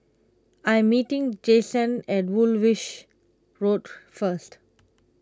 I am meeting Jason at Woolwich Road first